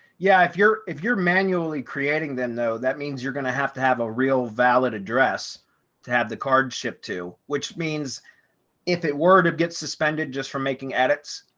yeah, if you're, if you're manually creating them, though, that means you're going to have to have a real valid address to have the card ship to which means if it were to get suspended just for making edits,